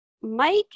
Mike